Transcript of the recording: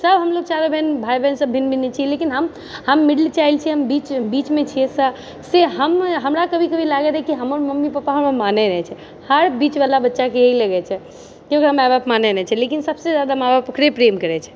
सब हमलोग चारो बहिन भाइ बहिन सब भिन्न मिलै छियै लेकिन हम हम मिडिल चाइल्ड छियै हम बीचमे छियै से हम हमरा कभी कभी लागै रहै कि हमर मम्मी पापा हमरा मानै नहि छै हर बीच वाला बच्चाके यही लागै छै कि ओकरा माए बाप मानै नहि छै लेकिन सबसँ जादा माए बाप ओकरे प्रेम करैत छै